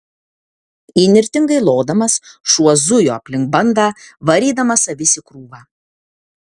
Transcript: įnirtingai lodamas šuo zujo aplink bandą varydamas avis į krūvą